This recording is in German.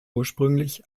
ursprünglich